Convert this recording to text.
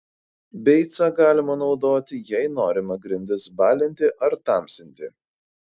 beicą galima naudoti jei norima grindis balinti ar tamsinti